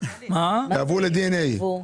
מה זה יגנבו?